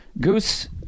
Goose